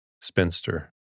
spinster